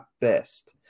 best